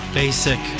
basic